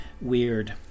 weird